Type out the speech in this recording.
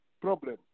problem